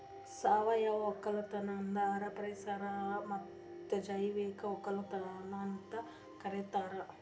ಸಾವಯವ ಒಕ್ಕಲತನ ಅಂದುರ್ ಪರಿಸರ ಮತ್ತ್ ಜೈವಿಕ ಒಕ್ಕಲತನ ಅಂತ್ ಕರಿತಾರ್